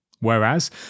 whereas